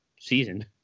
season